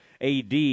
AD